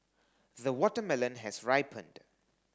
the watermelon has ripened